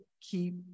keep